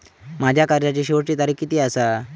माझ्या कर्जाची शेवटची तारीख किती आसा?